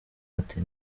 ati